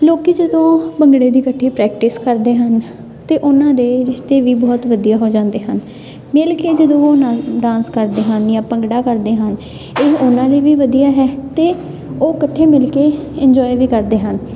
ਲੋਕ ਜਦੋਂ ਭੰਗੜੇ ਦੀ ਇਕੱਠੀ ਪ੍ਰੈਕਟਿਸ ਕਰਦੇ ਹਨ ਅਤੇ ਉਹਨਾਂ ਦੇ ਰਿਸ਼ਤੇ ਵੀ ਬਹੁਤ ਵਧੀਆ ਹੋ ਜਾਂਦੇ ਹਨ ਮਿਲ ਕੇ ਜਦੋਂ ਉਹ ਨਾ ਡਾਂਸ ਕਰਦੇ ਹਨ ਜਾਂ ਭੰਗੜਾ ਕਰਦੇ ਹਨ ਇਹ ਉਹਨਾਂ ਲਈ ਵੀ ਵਧੀਆ ਹੈ ਅਤੇ ਉਹ ਇਕੱਠੇ ਮਿਲ ਕੇ ਇੰਜੋਏ ਵੀ ਕਰਦੇ ਹਨ